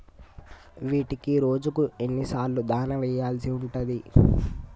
వీటికి రోజుకు ఎన్ని సార్లు దాణా వెయ్యాల్సి ఉంటది?